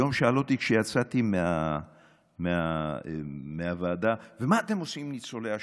היום שאלו אותי כשיצאתי מהוועדה: ומה אתם עושים עם ניצולי השואה?